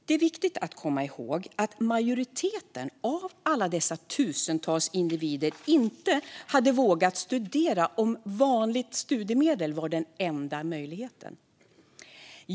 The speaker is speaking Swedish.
Det är viktigt att komma ihåg att majoriteten av alla dessa tusentals individer inte hade vågat studera om vanligt studiemedel hade varit den enda möjligheten.